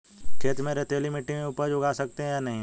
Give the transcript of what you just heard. खेत में रेतीली मिटी में उपज उगा सकते हैं या नहीं?